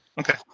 Okay